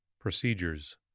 Procedures